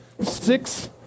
six